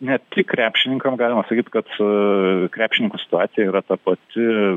ne tik krepšininkams galima sakyt kad aaa krepšininkų situacija yra ta pati